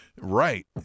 right